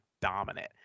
dominant